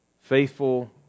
faithful